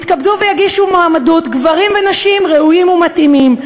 יתכבדו ויגישו מועמדות גברים ונשים ראויים ומתאימים.